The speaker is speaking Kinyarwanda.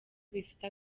bifite